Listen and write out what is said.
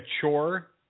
chore